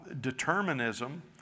Determinism